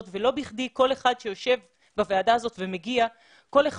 ולא בכדי כל אחד שיושב בוועדה הזאת ומגיע לדיוניה,